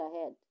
ahead